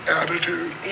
attitude